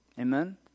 Amen